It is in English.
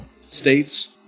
states